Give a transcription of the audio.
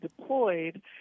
deployed